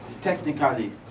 technically